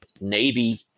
Navy